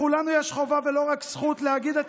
לכולנו יש חובה ולא רק זכות להגיד את